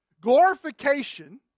glorification